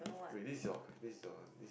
wait this is your this is your